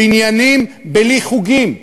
בניינים בלי חוגים,